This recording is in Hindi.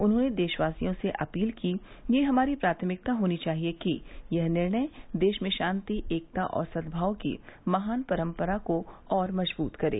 उन्होंने देशवासियों से अपील की ये हमारी प्राथमिकता होनी चाहिए कि यह निर्णय देश में शांति एकता और सद्भाव की महान परम्परा को और मजबूत करे